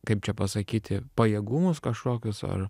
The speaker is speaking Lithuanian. kaip čia pasakyti pajėgumus kažkokius ar